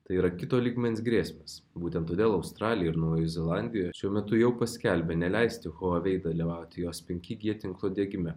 tai yra kito lygmens grėsmės būtent todėl australija ir naujoji zelandija šiuo metu jau paskelbė neleisti huawei dalyvauti jos penki g tinklo diegime